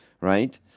right